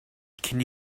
can